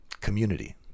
community